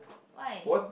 why